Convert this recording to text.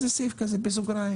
סעיף בסוגריים